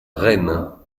rennes